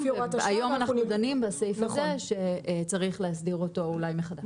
היום אנחנו דנים בסעיף הזה שצריך להסדיר אותו אולי מחדש.